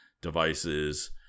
devices